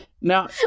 Now